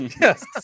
Yes